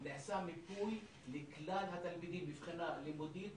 נעשה מיפוי לכלל התלמידים מבחינה לימודית,